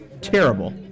terrible